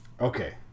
Okay